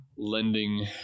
lending